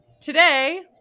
today